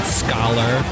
scholar